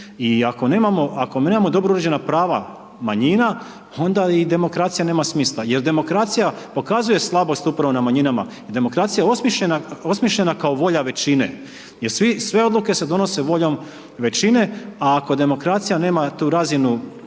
I ako nemamo dobro uređena prava manjina, onda i demokracija nema smisla, jer demokracija pokazuje slabost upravo na manjinama, demokracija je osmišljena kao volja većine. Jer sve odluke se donose voljom većine, a ako demokracija nema tu razinu